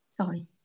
Sorry